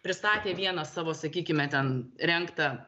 pristatė vieną savo sakykime ten rengtą